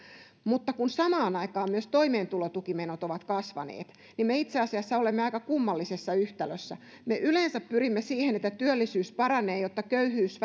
mutta samaan aikaan myös toimeentulotukimenot ovat kasvaneet niin me itse asiassa olemme aika kummallisessa yhtälössä me yleensä pyrimme siihen että työllisyys paranee jotta köyhyys